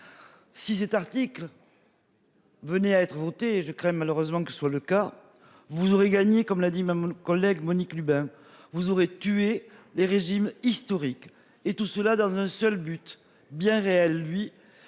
Si cet article. Venait à être votée. Je crains malheureusement que ce soit le cas, vous aurez gagné comme l'a dit mon collègue Monique Lubin vous aurez tué les régimes historiques et tout cela dans un seul but bien réel, lui